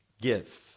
give